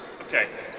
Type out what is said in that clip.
Okay